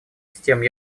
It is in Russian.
систем